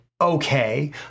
okay